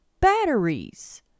batteries